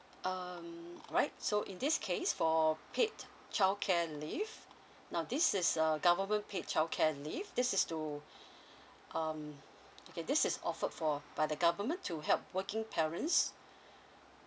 um right so in this case for paid childcare leave now this is a government paid childcare leave this is to um okay this is offered for by the government to help working parents